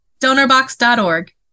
DonorBox.org